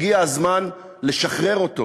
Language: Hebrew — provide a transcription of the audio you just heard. הגיע הזמן לשחרר אותו.